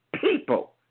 people